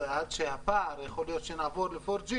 יכול להיות שנעבור ל-4G